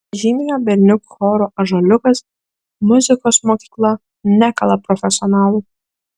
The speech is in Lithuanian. žymiojo berniukų choro ąžuoliukas muzikos mokykla nekala profesionalų